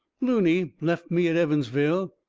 looney left me at evansville.